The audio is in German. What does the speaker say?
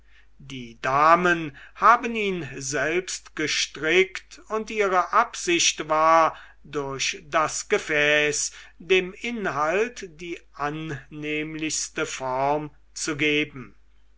die damen haben ihn selbst gestrickt und ihre absicht war durch das gefäß dem inhalt die annehmlichste form zu geben